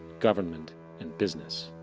government and business.